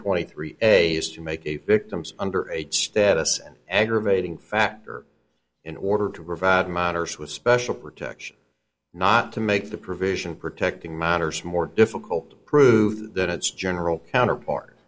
twenty three a is to make a victim's under age status an aggravating factor in order to provide minors with special protection not to make the provision protecting minors more difficult to prove that its general counterpart